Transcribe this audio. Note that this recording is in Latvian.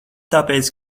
tāpēc